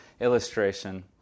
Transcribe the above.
illustration